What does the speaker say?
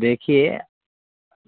देखिए